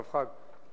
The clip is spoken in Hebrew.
ערב חג.